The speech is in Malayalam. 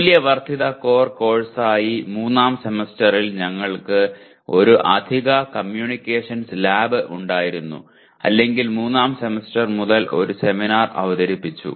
മൂല്യവർദ്ധിത കോർ കോഴ്സായി മൂന്നാം സെമസ്റ്ററിൽ ഞങ്ങൾക്ക് ഒരു അധിക കമ്മ്യൂണിക്കേഷൻസ് ലാബ് ഉണ്ടായിരുന്നു അല്ലെങ്കിൽ മൂന്നാം സെമസ്റ്റർ മുതൽ ഒരു സെമിനാർ അവതരിപ്പിച്ചു